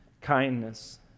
kindness